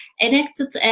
enacted